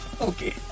Okay